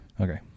Okay